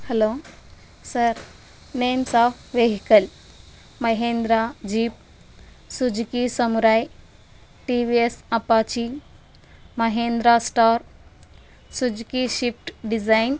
hello sir names of vehicle Mahindra jeep Suzuki Samurai TVS Apache Mahindra star Suzuki shift design